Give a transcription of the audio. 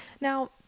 Now